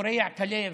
קורע את הלב.